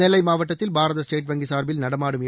நெல்லைமாவட்டத்தில் Bharat state வங்கிசாா்பில் நடமாடும் ஏ